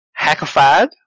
hackified